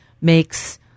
makes